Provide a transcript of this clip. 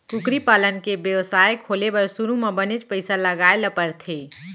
कुकरी पालन के बेवसाय खोले बर सुरू म बनेच पइसा लगाए ल परथे